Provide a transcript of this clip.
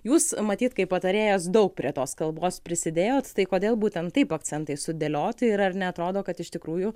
jūs matyt kaip patarėjas daug prie tos kalbos prisidėjot tai kodėl būtent taip akcentai sudėlioti ir ar neatrodo kad iš tikrųjų